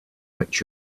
which